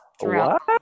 throughout